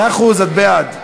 מאה אחוז, את בעד.